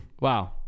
Wow